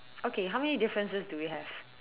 okay how many differences do we have